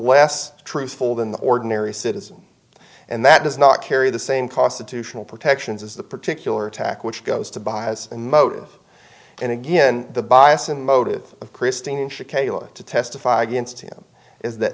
last truthful than the ordinary citizen and that does not carry the same cost to tional protections as the particular attack which goes to bias and motive and again the bias and motive of christine should kayla to testify against him is that